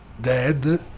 dead